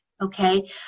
Okay